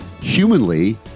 humanly